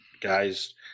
guys